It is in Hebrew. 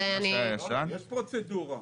יש פרוצדורה.